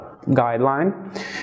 guideline